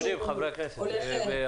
אתם יודעים, חברי הכנסת והאורחים?